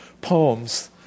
poems